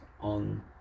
on